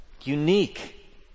Unique